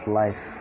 life